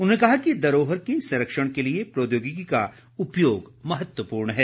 उन्होंने कहा कि धरोहर के संरक्षण के लिए प्रौद्योगिकी का उपयोग महत्वपूर्ण है